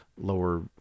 lower